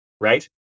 right